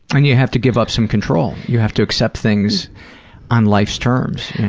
and you have to give up some control. you have to accept things on life's terms.